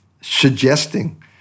suggesting